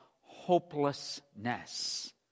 hopelessness